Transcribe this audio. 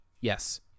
yes